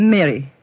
Mary